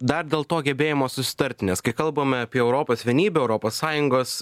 dar dėl to gebėjimo susitarti nes kai kalbame apie europos vienybę europos sąjungos